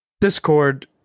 Discord